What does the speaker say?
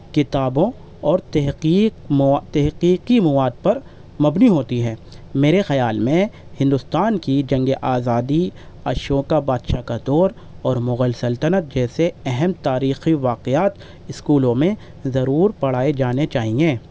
کتابوں اور تحقیق تحقیقی مواد پر مبنی ہوتی ہیں میرے خیال میں ہندوستان کی جنگ آزادی اشوکا بادشاہ کا دور اور مغل سلطنت جیسے اہم تاریخی واقعات اسکولوں میں ضرور پڑھائے جانے چاہیئیں